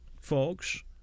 folks